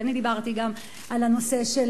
ואני דיברתי גם על הנושא של,